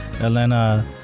Elena